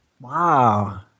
Wow